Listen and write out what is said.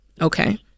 Okay